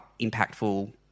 impactful